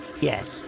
Yes